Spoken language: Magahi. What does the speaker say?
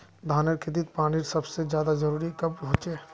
धानेर खेतीत पानीर सबसे ज्यादा जरुरी कब होचे?